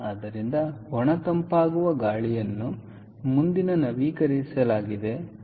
ಆದ್ದರಿಂದ ಒಣ ತಂಪಾಗುವ ಗಾಳಿಯನ್ನು ಮುಂದಿನ ನವೀಕರಿಸಲಾಗಿದೆ ಎಂದು ನಾನು ಹೇಳುತ್ತೇನೆ